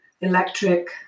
electric